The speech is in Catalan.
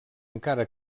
encara